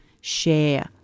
share